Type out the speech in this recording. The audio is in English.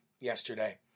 yesterday